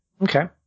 Okay